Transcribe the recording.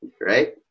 right